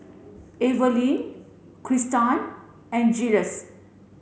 Evalyn Kristan and Jiles